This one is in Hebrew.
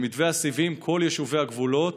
במתווה הסיבים כל יישובי הגבולות,